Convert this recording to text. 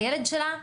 הילד שלה נחנק,